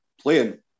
playing